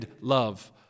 love